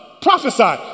Prophesy